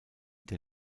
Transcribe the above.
der